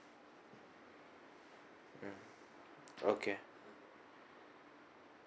okay